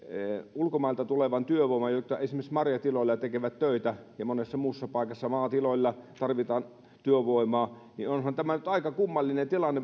ulkomailta tulevasta työvoimasta joka esimerkiksi marjatiloilla tekee töitä ja monessa muussa paikassa maatiloilla tarvitaan työvoimaa ja onhan tämä nyt aika kummallinen tilanne